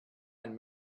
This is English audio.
and